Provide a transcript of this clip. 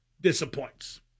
disappoints